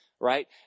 Right